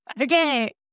Okay